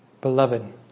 Beloved